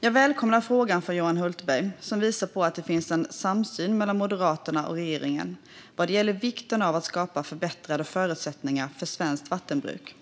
Jag välkomnar frågan från Johan Hultberg, som visar att det finns en samsyn mellan Moderaterna och regeringen vad gäller vikten av att skapa förbättrade förutsättningar för svenskt vattenbruk.